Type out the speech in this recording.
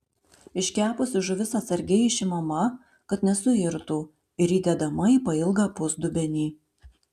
iškepusi žuvis atsargiai išimama kad nesuirtų ir įdedama į pailgą pusdubenį